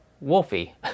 Wolfie